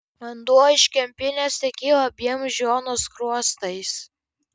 vanduo iš kempinės tekėjo abiem džono skruostais